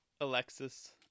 Alexis